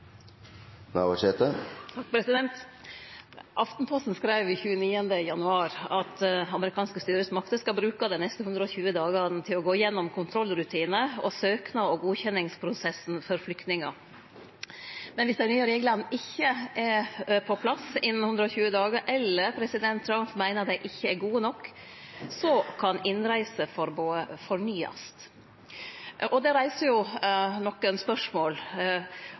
Aftenposten skreiv den 29. januar at amerikanske styresmakter skal bruke dei neste 120 dagane til å gå igjennom kontrollrutinane og søknads- og godkjenningsprosessen for flyktningar. Men dersom dei nye reglane ikkje er på plass innan 120 dagar eller president Trump meiner dei ikkje er gode nok, kan innreiseforbodet fornyast. Det reiser nokre spørsmål.